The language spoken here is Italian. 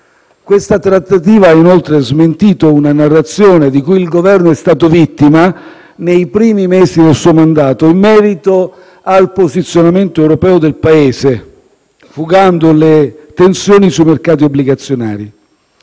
Questa trattativa ha inoltre smentito una narrazione di cui il Governo è stato vittima nei primi mesi del suo mandato, in merito al posizionamento europeo del Paese, fugando le tensioni sui mercati obbligazionari.